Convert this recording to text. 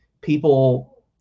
people